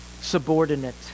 subordinate